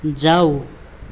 जाऊ